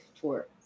tour